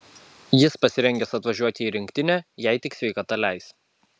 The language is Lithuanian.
jis pasirengęs atvažiuoti į rinktinę jei tik sveikata leis